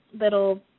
little